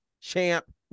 champ